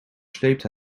sleepte